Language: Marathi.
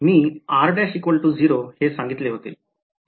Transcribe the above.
मी r'0 हे सांगितले होते